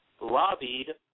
lobbied